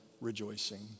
rejoicing